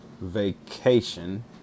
vacation